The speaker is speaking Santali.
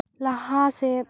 ᱞᱟᱦᱟ ᱥᱮᱫ